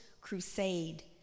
crusade